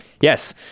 Yes